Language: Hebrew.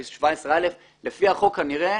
17/א. לפי החוק כנראה